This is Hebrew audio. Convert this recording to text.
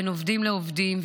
בין עובדים לעובדים.